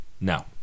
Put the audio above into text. No